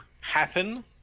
happen